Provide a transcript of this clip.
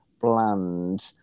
bland